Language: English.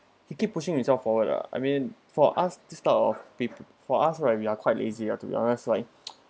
he keep pushing himself forward lah I mean for us this type of people for us lah we are quite lazy lah to be honest like